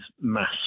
mass